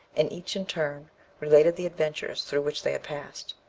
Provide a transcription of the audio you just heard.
and each in turn related the adventures through which they had passed.